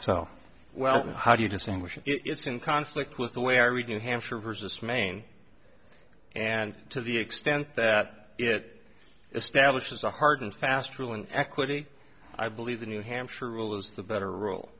so well how do you distinguish it's in conflict with the way i read new hampshire versus maine and to the extent that it establishes a hard and fast rule in equity i believe the new hampshire rule is the better rule